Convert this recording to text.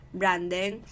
branding